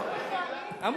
העצמאות, אמרו לי.